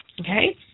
Okay